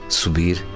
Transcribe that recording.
subir